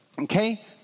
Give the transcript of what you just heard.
Okay